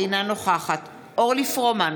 אינה נוכחת אורלי פרומן,